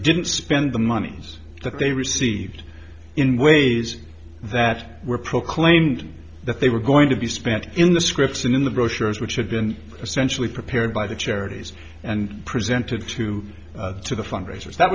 didn't spend the money that they received in ways that were proclaimed that they were going to be spent in the scripts and in the brochures which had been essentially prepared by the charities and presented to the fundraisers that